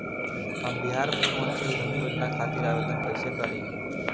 हम बिहार मुख्यमंत्री उद्यमी योजना खातिर आवेदन कईसे करी?